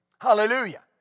Hallelujah